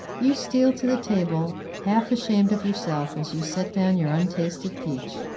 you steal to the table, half ashamed of yourself as you set down your untasted peach.